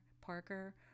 Parker